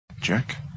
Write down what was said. Jack